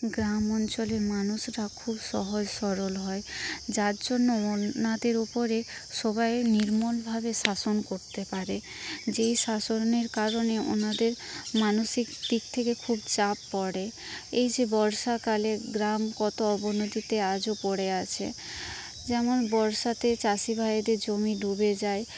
গ্রাম অঞ্চলে মানুষরা খুব সহজ সরল হয় যার জন্য ওনাদের উপরে সবাই নির্মলভাবে শাসন করতে পারে যেই শাসনের কারণে ওনাদের মানসিক দিক থেকে খুব চাপ পড়ে এই যে বর্ষাকালে গ্রাম কত অবনতিতে আজও পড়ে আছে যেমন বর্ষাতে চাষি ভাইয়েদের জমি ডুবে যায়